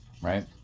Right